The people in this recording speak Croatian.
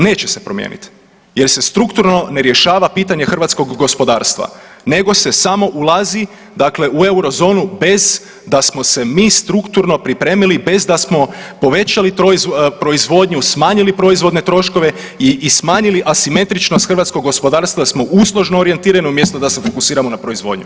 Neće se promijeniti jer se strukturno ne rješava pitanje hrvatskog gospodarstva nego se samo ulazi dakle u Eurozonu bez da smo se mi strukturno pripremili, bez da smo povećali proizvodnju, smanjili proizvodne troškove i smanjili asimetričnog hrvatskog gospodarstva, da smo uslužno orijentirani umjesto da se fokusirano na proizvodnju.